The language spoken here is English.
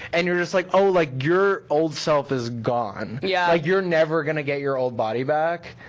and you're just like, oh like your old self is gone. yeah you're never gonna get your old body back,